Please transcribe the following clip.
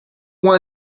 about